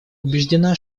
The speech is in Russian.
убеждена